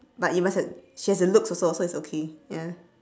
but you must have she has the looks also so it's okay ya